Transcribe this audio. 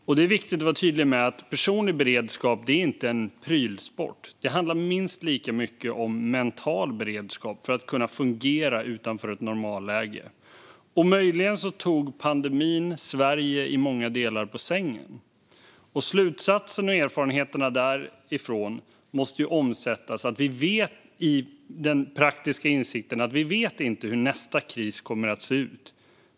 Och det är viktigt att vara tydlig med att personlig beredskap inte är en prylsport. Det handlar minst lika mycket om mental beredskap för att kunna fungera utanför ett normalläge. Möjligen tog pandemin Sverige på sängen i många delar. Slutsatserna och erfarenheterna därifrån måste omsättas i den praktiska insikten att vi inte vet hur nästa kris kommer att se ut.